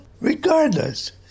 regardless